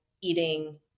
eating